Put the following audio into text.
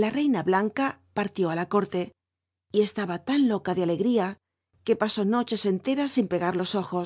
la reiua blanca partió it la ctirtc r c taba la u lora de alegría que pas i noches enteras sin pegar los uju